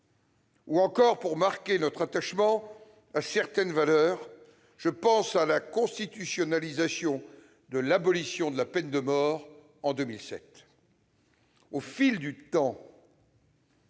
ou encore pour marquer notre attachement à certaines valeurs- je pense à la constitutionnalisation de l'abolition de la peine de mort, en 2007. Au fil du temps